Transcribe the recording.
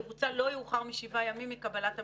יבוצע לא יאוחר מ-7 ימים מקבלת המידע".